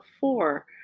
four